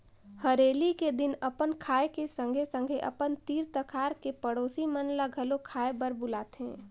हरेली के दिन अपन खाए के संघे संघे अपन तीर तखार के पड़ोसी मन ल घलो खाए बर बुलाथें